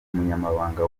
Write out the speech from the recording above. umunyamabanga